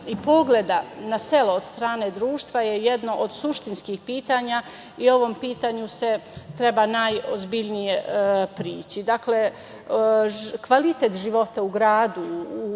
i pogleda na selo, od strane društva, je jedno od suštinskih pitanja i ovom pitanju se treba najozbiljnije prići. Kvalitet života u gradu,